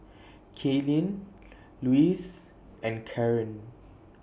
Kalyn Louise and Corene